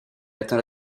atteint